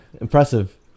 Impressive